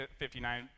59